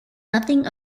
nothing